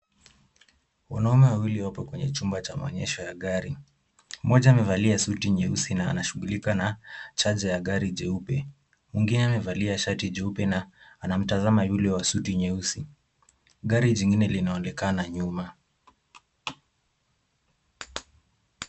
Wanaume wawili wako kwenye chumba cha maonyesho ya gari, mmoja amevalia suti nyeusi na anashughulika na chanja ya gari jeupe, mwingine amevalia shati jeupe na anamtazama ule wa suti nyeusi, gari lingine linaonekana nyuma.